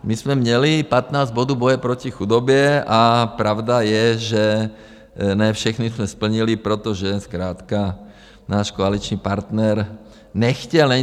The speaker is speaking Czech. My jsme měli 15 bodů boje proti chudobě a pravda je, že ne všechny jsme splnili, protože zkrátka náš koaliční partner nechtěl.